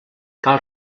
cal